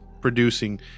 producing